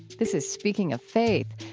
this is speaking of faith.